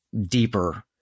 deeper